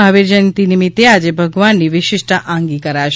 મહાવીર જયંતી નીમીત્તે આજે ભગવાનની વીશિષ્ટ આંગી કરાશે